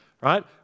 right